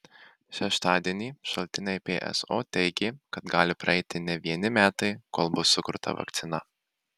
šeštadienį šaltiniai pso teigė kad gali praeiti ne vieni metai kol bus sukurta vakcina